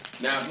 Now